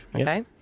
Okay